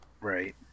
Right